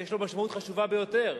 יש לו משמעות חדשה ביותר.